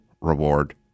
reward